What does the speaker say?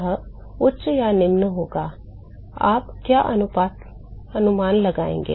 यह उच्च या निम्न होगा आप क्या अनुमान लगाएंगे